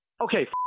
okay